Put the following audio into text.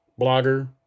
Blogger